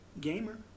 gamer